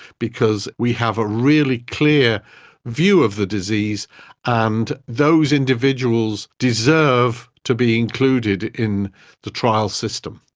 because we have a really clear view of the disease and those individuals deserve to be included in the trial system.